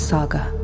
Saga